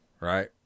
right